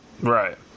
Right